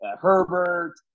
Herbert